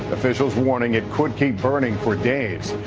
officials warning it could keep burning for days.